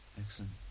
Excellent